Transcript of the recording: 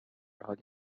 حالی